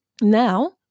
Now